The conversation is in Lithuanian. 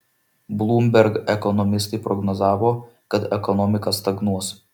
bloomberg ekonomistai prognozavo kad ekonomika stagnuos